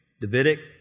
Davidic